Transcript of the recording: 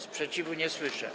Sprzeciwu nie słyszę.